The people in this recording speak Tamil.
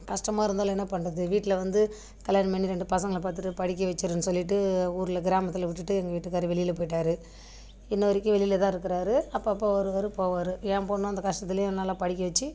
கஷ்டமாக இருந்தாலும் என்ன பண்ணுறது வீட்டில் வந்து கல்யாணம் பண்ணி ரெண்டு பசங்களை பெத்துட்டு படிக்க வெச்சிடுறேன் சொல்லிட்டு ஊரில் கிராமத்தில் விட்டுட்டு எங்கள் வீட்டுக்கார் வெளியில் போயிட்டார் இன்று வரைக்கும் வெளியில் தான் இருக்கிறாரு அப்போது அப்போது வருவார் போவார் என் பெண்ணும் அந்த கஷ்டத்துலேயும் நல்லா படிக்க வைச்சி